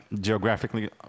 geographically